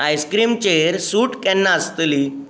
आयसक्रीमाचेर सूट केन्ना आसतली